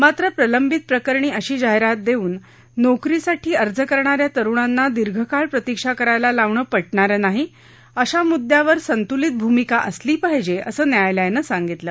मात्र प्रलंबित प्रकरणी अशी जाहिरात देऊन नोकरीसाठी अर्ज करणा या तरुणांना दीर्घ काळ प्रतीक्षा करायला लावणं पटणारं नाही अशा मुद्यावर संतुलित भूमिका असली पाहीजे असं न्यायालयानं सांगितलं